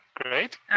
Great